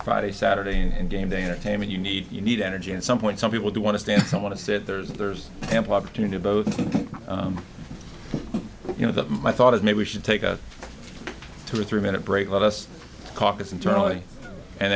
friday saturday and game day entertainment you need you need energy at some point some people do want to stand some want to said there's there's ample opportunity both you know that my thought is maybe we should take a two or three minute break let us caucus internally and